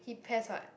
he pes what